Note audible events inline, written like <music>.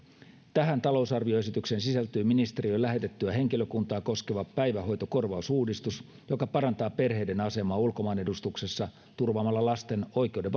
tähän talousarvioesitykseen sisältyy ministeriön lähetettyä henkilökuntaa koskeva päivähoitokorvausuudistus joka parantaa perheiden asemaa ulkomaan edustuksessa turvaamalla lasten oikeuden <unintelligible>